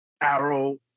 Arrow